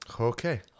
okay